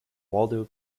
waldo